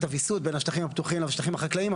הוויסות בין השטחים הפתוחים לשטחים החקלאיים,